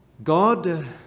God